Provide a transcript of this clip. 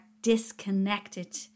disconnected